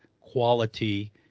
quality